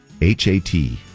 H-A-T